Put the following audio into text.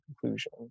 conclusion